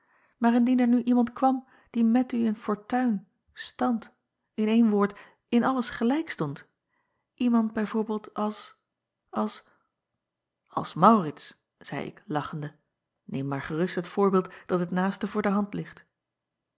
maar indien er nu iemand kwam die met u in fortuin stand in een woord in alles gelijk stond iemand bij voorbeeld als als ls aurits zeî ik lachende neem maar gerust het voorbeeld dat het naaste voor de hand ligt